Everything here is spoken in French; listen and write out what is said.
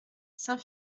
saint